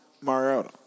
Mariota